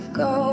go